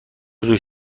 نزدیک